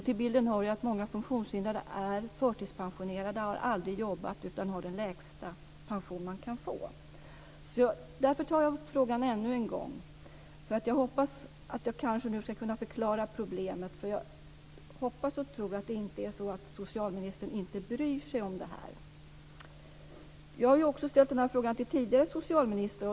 Till bilden hör att många funktionshindrade är förtidspensionerade och aldrig har jobbat, utan har den lägsta pension man kan få. Därför tar jag upp frågan ännu en gång. Jag hoppas att jag nu ska kunna förklara problemet. Jag hoppas och tror att det inte är så att socialministern inte bryr sig om detta. Jag har också ställt denna fråga till tidigare socialministrar.